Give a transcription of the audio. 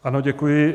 Ano, děkuji.